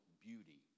beauty